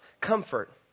comfort